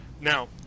Now